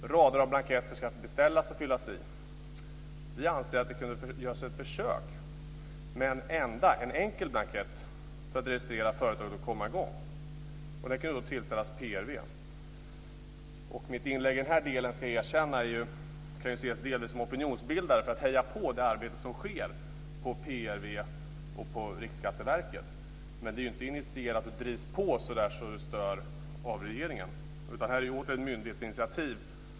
Rader av blanketter ska beställas och fyllas i. Vi anser att man kunde göra ett försök med en enda, enkel blankett för att registrera företaget och komma i gång. Den skulle kunna tillställas PRV. Jag ska erkänna att mitt inlägg i denna del kan ses som opinionsbildande, för att heja på det arbete som sker på PRV och Riksskatteverket. Det är inte initierat av regeringen. Inte heller drivs det på så att det stör. Här är det fråga om ett av många myndighetsinitiativ.